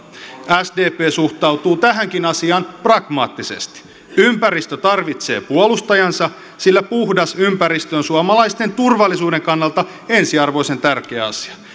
sdp suhtautuu tähänkin asiaan pragmaattisesti ympäristö tarvitsee puolustajansa sillä puhdas ympäristö on suomalaisten turvallisuuden kannalta ensiarvoisen tärkeä asia